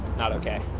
not okay.